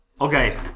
Okay